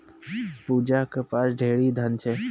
पूजा के पास ढेरी धन छै